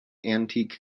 antique